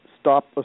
stop